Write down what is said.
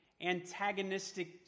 antagonistic